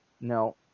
no